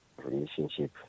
relationship